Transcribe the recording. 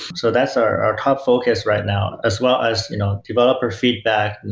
so that's our top focus right now, as well as you know developer feedback,